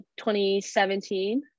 2017